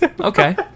okay